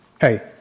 Hey